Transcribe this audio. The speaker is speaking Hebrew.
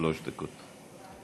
שלוש דקות.